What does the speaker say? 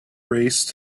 race